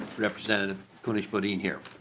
representative kunesh-podein here?